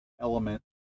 element